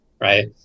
right